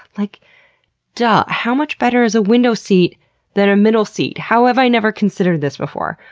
like duh, how much better is a window seat than a middle seat? how have i never considered this before?